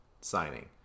signing